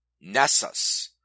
Nessus